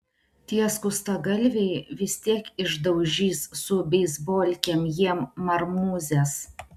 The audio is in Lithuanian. tie skustagalviai vis tiek išdaužys su beisbolkėm jiem marmūzes